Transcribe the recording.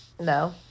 no